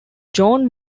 john